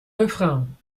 refrain